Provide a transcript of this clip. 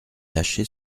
lâché